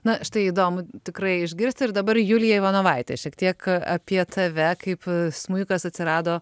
na štai įdomu tikrai išgirsti ir dabar julija ivanovaitė šiek tiek apie tave kaip smuikas atsirado